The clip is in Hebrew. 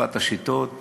החלפת השיטות